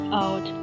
out